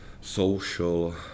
social